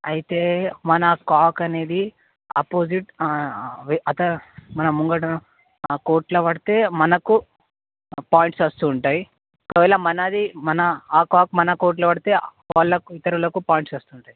అయితే మన కాక్ అనేది ఆపోసిట్ అత మన ముందర కోర్టులో పడితే మనకు పాయింట్స్ వస్తు ఉంటాయి ఒకవేళ మనది మన ఆ కాక్ మన కోర్ట్లో పడితే వాళ్ళకు ఇతరులకు పాయింట్స్ వస్తు ఉంటాయి